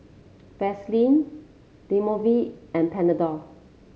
Vaselin Dermaveen and Panadol